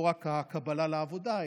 לא רק הקבלה לעבודה,